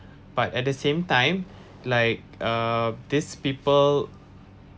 but at the same time like uh these people